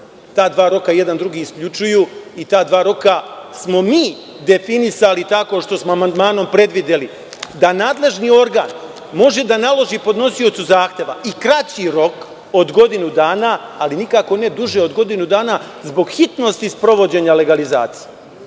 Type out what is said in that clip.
Ta dva roka jedan drugog isključuju i ta dva roka smo mi definisali tako što smo amandmanom predvideli da nadležni organ može da naloži podnosiocu zahteva i kraći rok od godinu dana, ali nikako ne duži od godinu dana, zbog hitnosti sprovođenja legalizacije.